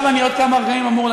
קודם כול,